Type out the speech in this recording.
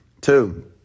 Two